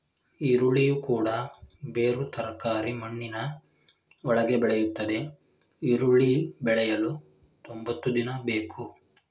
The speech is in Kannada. ಈರುಳ್ಳಿಯು ಕೂಡ ಬೇರು ತರಕಾರಿ ಮಣ್ಣಿನ ಒಳಗೆ ಬೆಳೆಯುತ್ತದೆ ಈರುಳ್ಳಿ ಬೆಳೆಯಲು ತೊಂಬತ್ತು ದಿನ ಬೇಕು